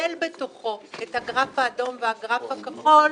שכולל בתוכו את הגרף האדום והגרף הכחול.